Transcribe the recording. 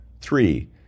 Three